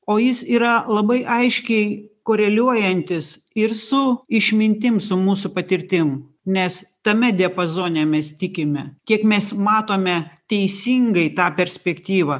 o jis yra labai aiškiai koreliuojantis ir su išmintim su mūsų patirtim nes tame diapazone mes tikime kiek mes matome teisingai tą perspektyvą